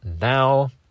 now